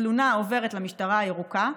התלונה עוברת למשטרה הירוקה,